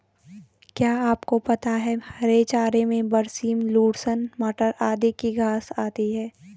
क्या आपको पता है हरे चारों में बरसीम, लूसर्न, मटर आदि की घांस आती है?